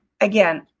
Again